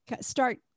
start